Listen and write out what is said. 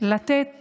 לתת